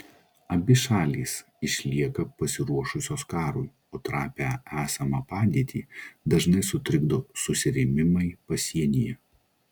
abi šalys išlieka pasiruošusios karui o trapią esamą padėtį dažnai sutrikdo susirėmimai pasienyje